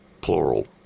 plural